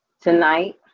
tonight